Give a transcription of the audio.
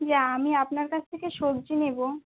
যে আমি আপনার কাছ থেকে সবজি নেবো